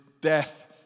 death